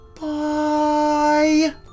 bye